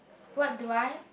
what do I